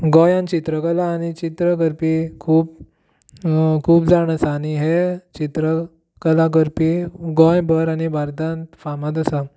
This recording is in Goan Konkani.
गोंयांत चित्रकला आनी चित्र करपी खूब खूब जाण आसात आनी हे चित्रकला करपी गोंयभर आनी भारतांत फामाद आसा